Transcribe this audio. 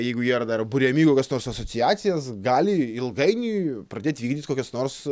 jeigu jie ir dar buriami į kokias nors asociacijas gali ilgainiui pradėt vykdyt kokias nors